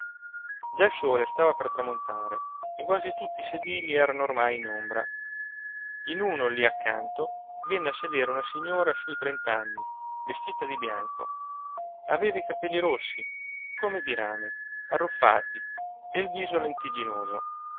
già il sole stava per tramontare e quasi tutti i sedili erano ormai in ombra in uno lì accanto venne a sedere una signora su i trent'anni vestita di bianco aveva i capelli rossi come di rame arruffati e il viso lentigginoso